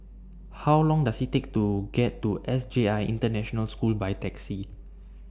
How Long Does IT Take to get to S J I International School By Taxi